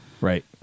Right